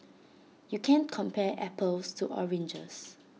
you can't compare apples to oranges